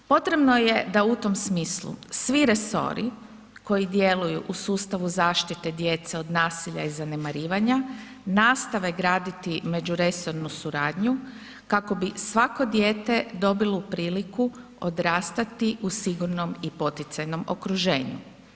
Potrebno je da u tom smislu svi resori koji djeluju u sustavu zaštite djece od nasilja i zanemarivanja, nastave graditi međuresornu suradnju kako bi svatko dijete dobilo priliku odrastati u sigurnom i poticajnom okruženju.